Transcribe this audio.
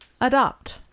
adopt